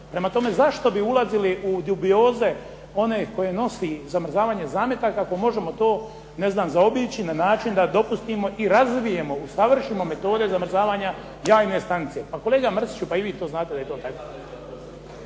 Prema tome, zašto bi ulazili u dubioze one koje nosi zamrzavanje zametaka ako možemo to ne znam zaobići na način da dopustimo i razvijemo, usavršimo metode zamrzavanja jajne stanice. Pa kolega Mrsiću i vi to znate da je to tako.